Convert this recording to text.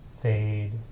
fade